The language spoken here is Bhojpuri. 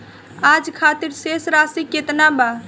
आज खातिर शेष राशि केतना बा?